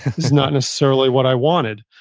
is not necessarily what i wanted.